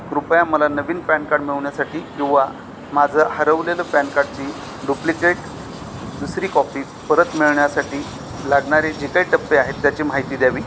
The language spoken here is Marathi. कृपया मला नवीन पॅन कार्ड मिळवण्यासाठी किंवा माझं हरवलेलं पॅन कार्डची डुप्लिकेट दुसरी कॉपी परत मिळण्यासाठी लागणारे जे काही टप्पे आहेत त्याची माहिती द्यावी